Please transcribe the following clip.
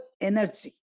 energy